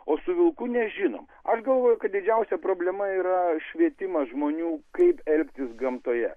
o su vilku nežinom aš galvoju kad didžiausia problema yra švietimas žmonių kaip elgtis gamtoje